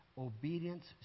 obedience